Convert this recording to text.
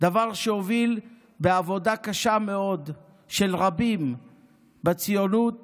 דבר שהוביל בעבודה קשה מאוד של רבים בציונות